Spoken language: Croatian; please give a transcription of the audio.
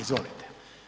Izvolite.